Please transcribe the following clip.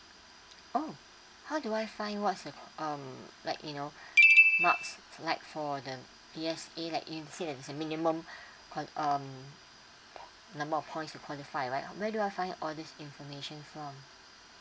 oh how do I find what's the um like you know marks like for the D_S_A like instead there's a minimum con~ um number of points to qualify right where do I find all this information from